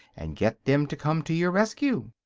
and get them to come to your rescue.